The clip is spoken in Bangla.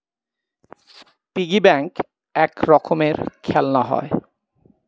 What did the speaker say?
পিগি ব্যাঙ্ক এক রকমের খেলনা হয়